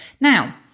Now